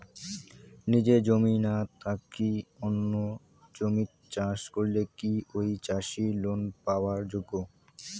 নিজের জমি না থাকি অন্যের জমিত চাষ করিলে কি ঐ চাষী লোন পাবার যোগ্য?